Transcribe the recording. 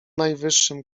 najwyższym